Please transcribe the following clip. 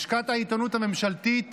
לשכת העיתונות הממשלתית